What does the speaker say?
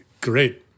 Great